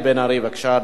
בבקשה, אדוני.